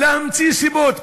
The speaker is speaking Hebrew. להמציא סיבות,